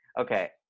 Okay